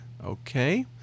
Okay